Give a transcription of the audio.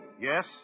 Yes